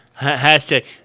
Hashtag